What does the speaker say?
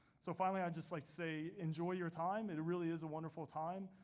so finally i'd just like to say enjoy your time. it really is a wonderful time.